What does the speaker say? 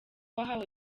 wahawe